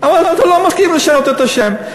אבל אתה לא מסכים לשנות את השם.